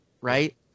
right